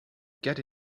get